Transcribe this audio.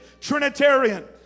Trinitarian